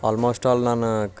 almost all ನಾನು